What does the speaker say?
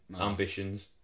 ambitions